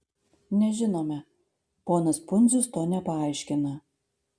nežinome ponas pundzius to nepaaiškina